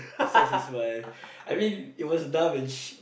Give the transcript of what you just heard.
besides his wife I mean it was dumb and